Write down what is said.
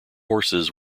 horses